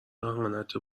اهانت